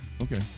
Okay